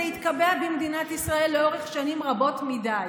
זה התקבע במדינת ישראל לאורך שנים רבות מדי,